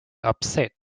upset